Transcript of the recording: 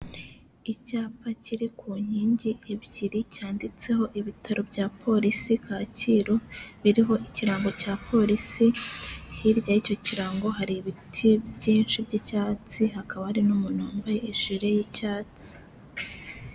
Icyapa kiri ku nkingi ebyiri cyanditseho ibitaro bya polisi Kacyiru, biriho ikirango cya polisi, hirya y'icyo kirango hari ibiti byinshi by'icyatsi, hakaba hari n'umuntu wambaye ijire y'icyatsi.